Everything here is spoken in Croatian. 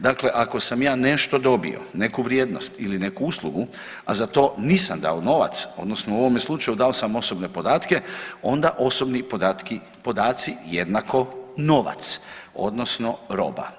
Dakle, ako sam ja nešto dobio, neku vrijednost ili neku uslugu, a za to nisam dao novac, odnosno u ovome slučaju dao sam osobne podatke onda osobni podaci jednako novac, odnosno roba.